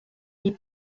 est